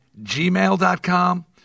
gmail.com